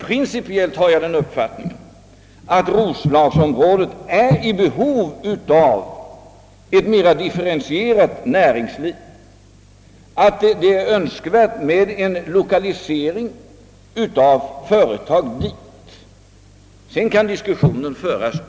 Principiellt har jag den uppfattningen, att roslagsområdet är i behov av ett mera differentierat näringsliv och att det är önskvärt med en lokalisering av företag dit.